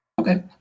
Okay